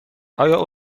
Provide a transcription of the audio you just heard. آیا